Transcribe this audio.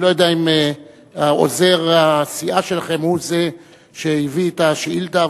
אני לא יודע אם עוזר הסיעה שלכם הוא זה שהביא את השאילתא,